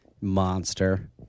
monster